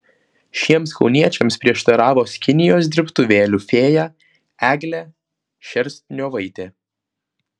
šiems kauniečiams prieštaravo skinijos dirbtuvėlių fėja eglė šerstniovaitė